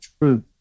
truth